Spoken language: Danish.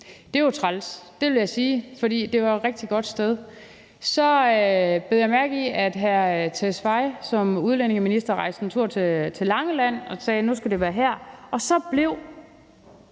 Det er jo træls, det vil jeg sige, for det var et rigtig godt sted. Så bed jeg mærke i, at hr. Mattias Tesfaye som udlændingeminister rejste en tur til Langeland og sagde, at nu skulle det være her, og så blev